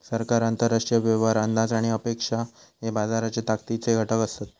सरकार, आंतरराष्ट्रीय व्यवहार, अंदाज आणि अपेक्षा हे बाजाराच्या ताकदीचे घटक असत